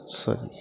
sorry ओ